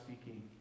speaking